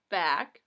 back